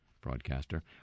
broadcaster